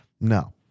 No